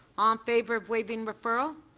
um favor of waiving referral?